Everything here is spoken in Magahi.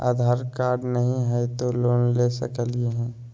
आधार कार्ड नही हय, तो लोन ले सकलिये है?